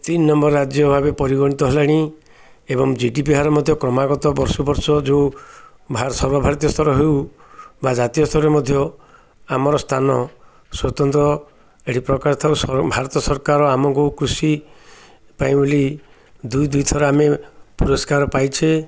ତିନି ନମ୍ବର ରାଜ୍ୟ ଭାବେ ପରିଗଣିତ ହେଲାଣି ଏବଂ ଜି ଡି ପି ହାର ମଧ୍ୟ କ୍ରମାାଗତ ବର୍ଷ ବର୍ଷ ଯେଉଁ ସର୍ବଭାରତୀୟ ସ୍ତର ହେଉ ବା ଜାତୀୟ ସ୍ତରରେ ମଧ୍ୟ ଆମର ସ୍ଥାନ ସ୍ୱତନ୍ତ୍ର ଏହିପ୍ରକାର ଥାଉ ଭାରତ ସରକାର ଆମକୁ କୃଷି ପାଇଁ ବୋଲି ଦୁଇ ଦୁଇଥର ଆମେ ପୁରସ୍କାର ପାଇଛେ